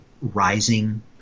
rising